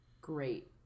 great